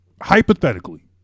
hypothetically